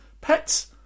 Pets